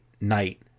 night